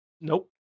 Nope